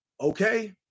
Okay